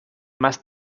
más